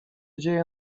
dzieje